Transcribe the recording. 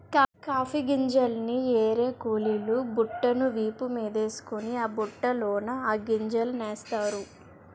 coffee గింజల్ని ఏరే కూలీలు బుట్టను వీపు మీదేసుకొని ఆ బుట్టలోన ఆ గింజలనేస్తారు